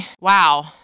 wow